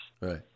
Right